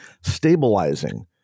stabilizing